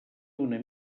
una